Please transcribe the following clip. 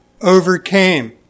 overcame